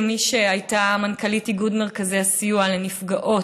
כמי שהייתה מנכ"לית איגוד מרכזי הסיוע לנפגעות